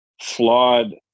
flawed